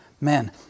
man